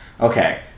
Okay